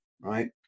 right